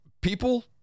People